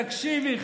תקשיבי,